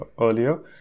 earlier